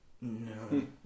No